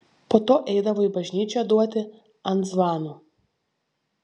po to eidavo į bažnyčią duoti ant zvanų